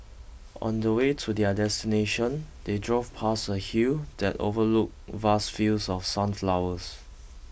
on the way to their destination they drove past a hill that overlooked vast fields of sunflowers